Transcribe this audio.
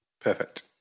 perfect